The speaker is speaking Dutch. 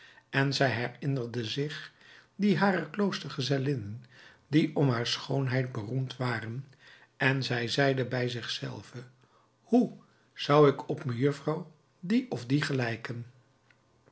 en zij herinnerde zich die harer kloostergezellinnen die om haar schoonheid beroemd waren en zij zeide bij zich zelve hoe zou ik op mejuffrouw die of die gelijken